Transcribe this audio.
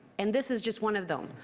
and this is just one of them.